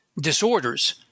disorders